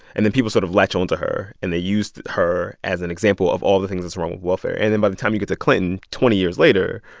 and then people sort of latch onto her. and they used her as an example of all the things wrong with welfare. and then by the time you get to clinton twenty years later,